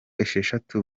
esheshatu